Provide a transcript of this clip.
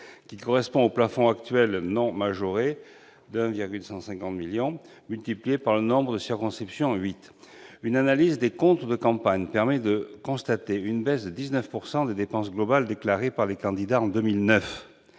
qui correspond au plafond actuel non majoré- 1 150 000 euros -multiplié par le nombre de circonscriptions- huit. Une analyse des comptes de campagne permet de constater une baisse de 19 % des dépenses globales déclarées par les candidats en 2009